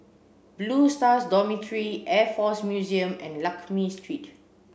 Blue Stars Dormitory Air Force Museum and Lakme Street